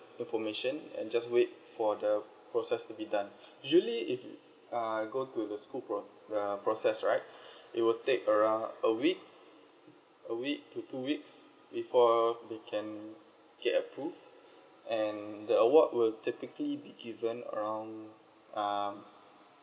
information and just wait for the process to be done usually if uh go to the school pro~ uh process right it will take around a week a week to two weeks before we can get a proof and the award will typically be given around um